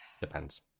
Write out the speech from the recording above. Depends